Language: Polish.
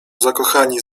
zakochani